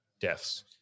Deaths